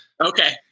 Okay